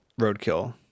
roadkill